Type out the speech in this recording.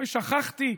אוי, שכחתי.